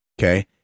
Okay